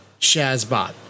Shazbot